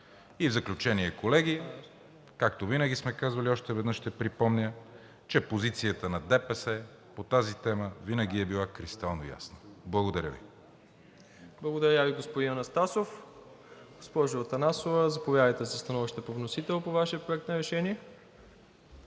В заключение, колеги, както винаги сме казвали, още веднъж ще припомня, че позицията на ДПС по тази тема винаги е била кристално ясна. Благодаря Ви. ПРЕДСЕДАТЕЛ МИРОСЛАВ ИВАНОВ: Благодаря Ви, господин Анастасов. Госпожо Атанасова, заповядайте за становище по вносител по Вашия проект на решение.